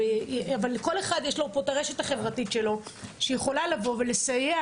כל אחד יש לו פה את הרשת החברתית שלו שיכולה לבוא ולסייע,